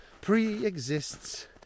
pre-exists